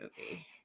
movie